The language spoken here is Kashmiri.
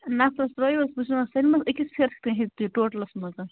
نفَرَس ترٛٲوِو حظ بہٕ چھَس ونان سنہِ منٛز أکِس پھیرَس کوتاہ ہیٚیِو تُہۍ ٹوٹلَس منٛز